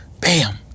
bam